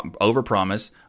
over-promise